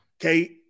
okay